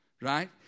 right